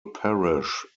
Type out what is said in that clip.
parish